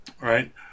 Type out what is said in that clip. Right